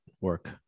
work